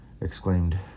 exclaimed